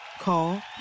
Call